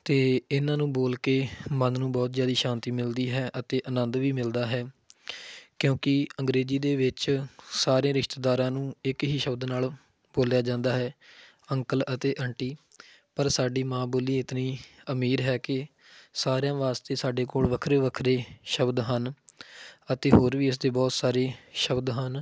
ਅਤੇ ਇਹਨਾਂ ਨੂੰ ਬੋਲ ਕੇ ਮਨ ਨੂੰ ਬਹੁਤ ਜ਼ਿਆਦਾ ਸ਼ਾਂਤੀ ਮਿਲਦੀ ਹੈ ਅਤੇ ਆਨੰਦ ਵੀ ਮਿਲਦਾ ਹੈ ਕਿਉਂਕਿ ਅੰਗਰੇਜ਼ੀ ਦੇ ਵਿੱਚ ਸਾਰੇ ਰਿਸ਼ਤੇਦਾਰਾਂ ਨੂੰ ਇੱਕ ਹੀ ਸ਼ਬਦ ਨਾਲ ਬੋਲਿਆ ਜਾਂਦਾ ਹੈ ਅੰਕਲ ਅਤੇ ਅੰਟੀ ਪਰ ਸਾਡੀ ਮਾਂ ਬੋਲੀ ਇਤਨੀ ਅਮੀਰ ਹੈ ਕਿ ਸਾਰਿਆਂ ਵਾਸਤੇ ਸਾਡੇ ਕੋਲ ਵੱਖਰੇ ਵੱਖਰੇ ਸ਼ਬਦ ਹਨ ਅਤੇ ਹੋਰ ਵੀ ਇਸ ਦੇ ਬਹੁਤ ਸਾਰੇ ਸ਼ਬਦ ਹਨ